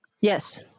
Yes